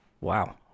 Wow